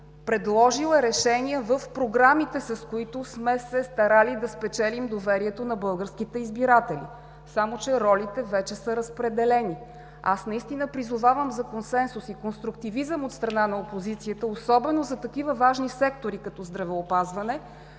предложил е решение в програмите, с които сме се старали да спечелим доверието на българските избиратели. Само че ролите вече са разпределени. Призовавам за консенсус и конструктивизъм от страна на опозицията, особено за такива важни сектори като „Здравеопазване“,